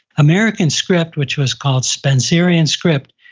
american script, which was called spencerian script,